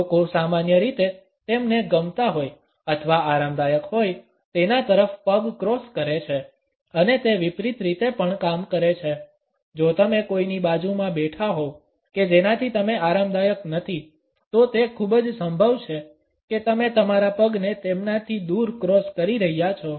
લોકો સામાન્ય રીતે તેમને ગમતા હોય અથવા આરામદાયક હોય તેના તરફ પગ ક્રોસ કરે છે અને તે વિપરીત રીતે પણ કામ કરે છે જો તમે કોઈની બાજુમાં બેઠા હોવ કે જેનાથી તમે આરામદાયક નથી તો તે ખૂબ જ સંભવ છે કે તમે તમારા પગને તેમનાથી દૂર ક્રોસ કરી રહ્યા છો